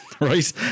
right